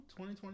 2020